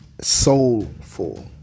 soulful